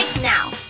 now